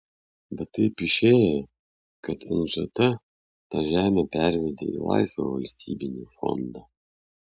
bet taip išėjo kad nžt tą žemę pervedė į laisvą valstybinį fondą